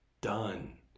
Done